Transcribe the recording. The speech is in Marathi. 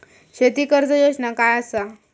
शेती कर्ज योजना काय असा?